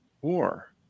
war